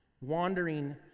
wandering